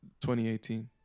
2018